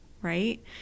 Right